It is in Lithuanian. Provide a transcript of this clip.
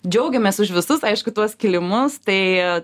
džiaugiamės už visus aišku tuos kilimus tai